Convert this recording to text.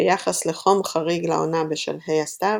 ביחס לחום חריג לעונה בשלהי הסתיו,